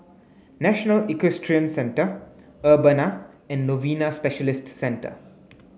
National Equestrian Centre Urbana and Novena Specialist Centre